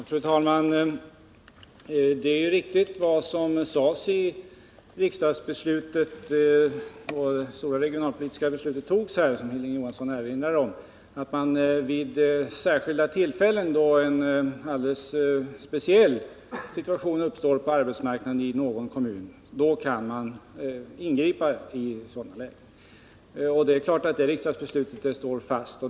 Fru talman! Det är riktigt, som sades i det stora regionalpolitiska beslutet som togs av riksdagen och som Hilding Johansson erinrade om, att vid särskilda tillfällen då en alldeles speciell situation uppstår på arbetsmarknaden i någon kommun kan man ingripa. Det är klart att det riksdagsbeslutet står fast.